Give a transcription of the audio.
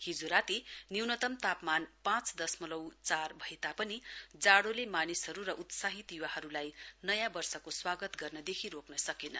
हिजो राती न्यूतम तापमान पाँच दशमलउ चार भए तापनि जाडोले मानिसहरू र उत्साहित युवाहरूलाई नयाँ वर्षको स्वागत गर्नदेखि रेक्न सकेन